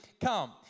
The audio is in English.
come